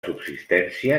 subsistència